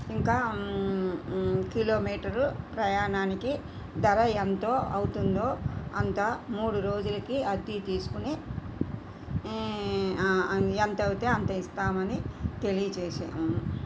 ఇంకా కిలోమీటరు ప్రయాణానికి ధర ఎంత అవుతుందో అంత మూడు రోజులకి అద్దెకు తీసుకోని ఎంత అయితే అంత ఇస్తామని తెలియజేశాము